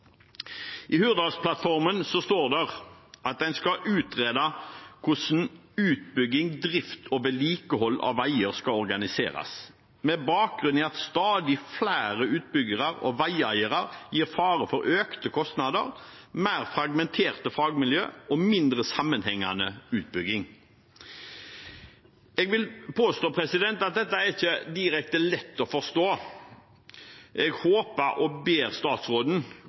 I Hurdalsplattformen står det at en skal utrede hvordan utbygging, drift og vedlikehold av veier skal organiseres, med bakgrunn i at stadig flere utbyggere og veieiere gir fare for økte kostnader, mer fragmenterte fagmiljøer og mindre sammenhengende utbygging. Jeg vil påstå at dette ikke er direkte lett å forstå. Jeg ber statsråden